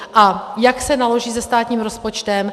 A jak se naloží se státním rozpočtem?